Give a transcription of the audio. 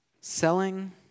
Selling